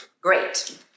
Great